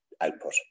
output